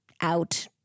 out